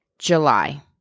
July